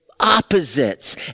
opposites